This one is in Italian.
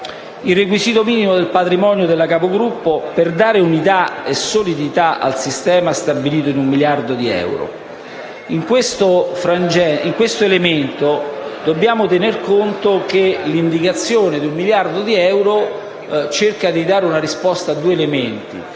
Il requisito minimo del patrimonio della capogruppo, per dare unità e solidità al sistema, è stabilito in un miliardo di euro. Dobbiamo tener conto che l'indicazione di un miliardo di euro cerca di dare risposta a due elementi.